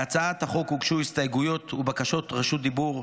להצעת החוק הוגשו הסתייגויות ובקשות רשות דיבור.